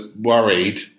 worried